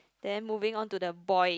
then moving on to the boy